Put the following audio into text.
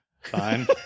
fine